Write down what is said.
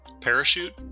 Parachute